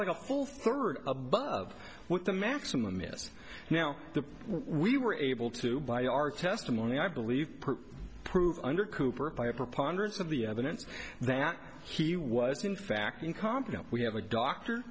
full third above what the maximum is now the we were able to buy our testimony i believe prove under cooper by a preponderance of the evidence that he was in fact incompetent we have a doctor